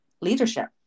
Leadership